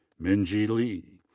min ji lee.